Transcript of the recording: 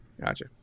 Gotcha